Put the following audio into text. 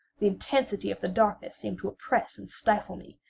the intensity of the darkness seemed to oppress and stifle me.